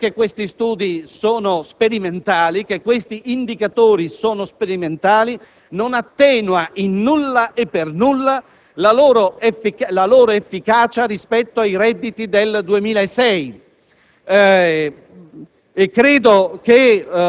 perché affermare che questi studi sono sperimentali, che questi indicatori sono sperimentali non attenua in nulla e per nulla la loro efficacia rispetto ai redditi del 2006.